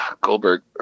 Goldberg